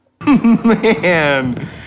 man